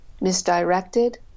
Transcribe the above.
misdirected